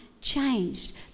changed